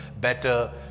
better